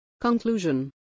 Conclusion